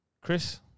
Chris